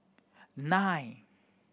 nine